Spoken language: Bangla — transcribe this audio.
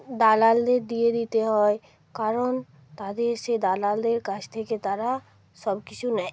দালালদের দিয়ে দিতে হয় কারণ তাদের সে দালালদের কাছ থেকে তারা সব কিছু নেয়